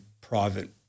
private